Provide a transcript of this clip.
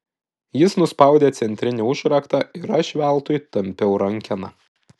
jis nuspaudė centrinį užraktą ir aš veltui tampiau rankeną